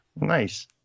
Nice